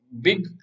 big